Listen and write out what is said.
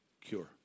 cure